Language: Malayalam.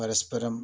പരസ്പരം